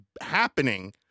happening